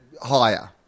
Higher